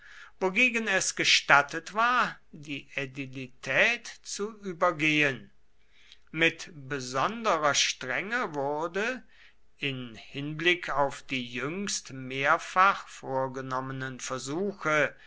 wogegen es gestattet war die ädilität zu übergehen mit besonderer strenge wurde in hinblick auf die jüngst mehrfach vorgenommenen versuche